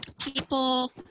people